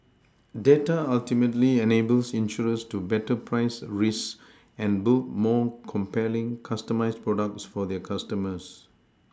data ultimately enables insurers to better price risk and build more compelling customised products for their customers